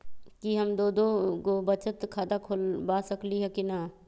कि हम दो दो गो बचत खाता खोलबा सकली ह की न?